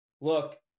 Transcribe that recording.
Look